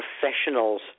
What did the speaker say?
professionals